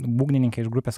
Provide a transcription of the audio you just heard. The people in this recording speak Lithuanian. būgnininkė iš grupės